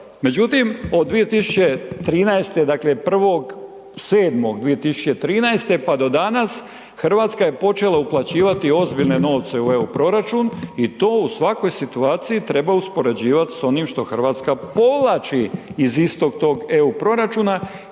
Međutim, od 2013., dakle, 1.7.2013., pa do danas, RH je počela uplaćivati ozbiljne novce u EU proračun i to u svakoj situaciji treba uspoređivat s onim što RH povlači iz istog tog EU proračuna